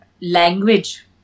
language